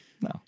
no